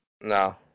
No